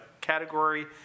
category